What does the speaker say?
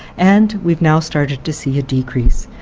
and we've now started to see a decrease.